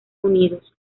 unidos